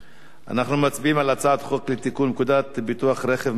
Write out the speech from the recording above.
אנחנו מצביעים על הצעת חוק לתיקון פקודת ביטוח רכב מנועי (מס'